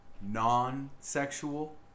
Non-sexual